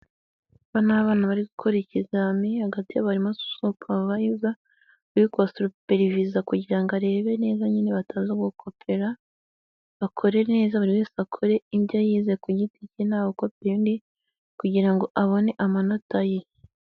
Aba ni abana bari gukora ikizamini hagati yabo harimo supavayiza uri kuba superiviza kugira ngo arebe neza nyine bataza gukopera, bakore neza buri wese akore ibyo yize ku giti cye ntawe ukopeye undi kugira ngo abone amanota ye.